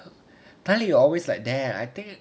tell you always like that I think